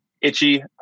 itchy